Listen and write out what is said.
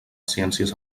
ciències